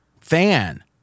fan